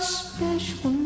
special